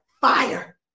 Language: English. fire